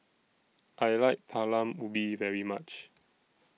I like Talam Ubi very much